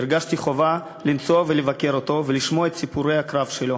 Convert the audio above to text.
הרגשתי חובה לנסוע לבקר אותו ולשמוע את סיפורי הקרב שלו